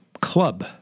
club